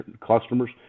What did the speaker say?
customers